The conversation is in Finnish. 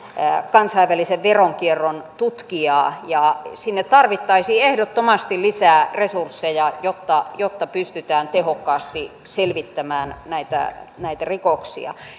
kansainvälisen veronkierron tutkijaa sinne tarvittaisiin ehdottomasti lisää resursseja jotta jotta pystytään tehokkaasti selvittämään näitä näitä rikoksia